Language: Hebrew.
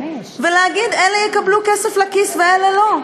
ולהגיד: אלה יקבלו כסף לכיס ואלה לא.